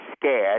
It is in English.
scared